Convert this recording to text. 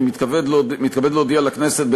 אני מתכבד להודיע לכנסת,